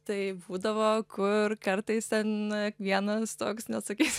tai būdavo kur kartais na vienas toks neatsakysiu